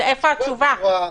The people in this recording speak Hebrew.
מה התשובה?